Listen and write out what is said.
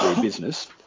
business